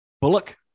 Bullock